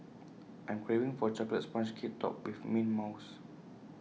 I am craving for A Chocolate Sponge Cake Topped with Mint Mousse